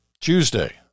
Tuesday